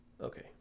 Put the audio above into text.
Okay